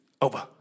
over